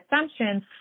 assumptions